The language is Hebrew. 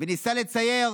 וניסה לצייר